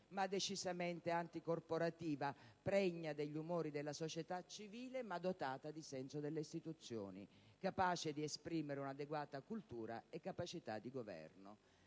ma decisamente anticorporativa), pregna degli umori della società civile, ma dotata di senso delle istituzioni, capace di esprimere un'adeguata cultura e capacità di governo».